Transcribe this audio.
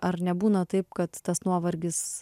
ar nebūna taip kad tas nuovargis